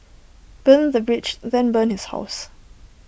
burn the bridge then burn his house